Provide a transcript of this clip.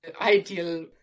ideal